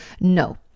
No